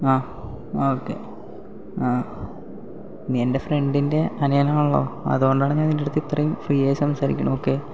ആ ആ ഓക്കെ ആ നീ എൻ്റെ ഫ്രണ്ടിൻ്റെ അനിയൻ ആണല്ലോ അതുകൊണ്ടാണ് ഞാൻ നിൻ്റയടുത്ത് ഇത്രയും ഫ്രീ ആയി സംസാരിക്കുന്നത് ഓക്കെ